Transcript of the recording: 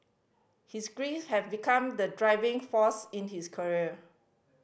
his grief have become the driving force in his career